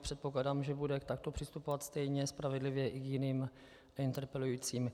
Předpokládám, že bude takto přistupovat stejně spravedlivě i k jiným interpelujícím.